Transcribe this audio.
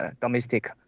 domestic